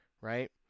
right